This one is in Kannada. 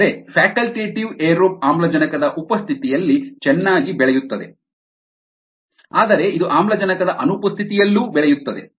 ಆದರೆ ಫ್ಯಾಕಲ್ಟೇಟಿವ್ ಏರೋಬ್ ಆಮ್ಲಜನಕದ ಉಪಸ್ಥಿತಿಯಲ್ಲಿ ಚೆನ್ನಾಗಿ ಬೆಳೆಯುತ್ತದೆ ಆದರೆ ಇದು ಆಮ್ಲಜನಕದ ಅನುಪಸ್ಥಿತಿಯಲ್ಲಿಯೂ ಬೆಳೆಯುತ್ತದೆ